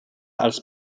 als